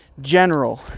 general